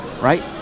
right